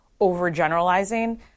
overgeneralizing